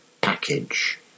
package